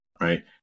right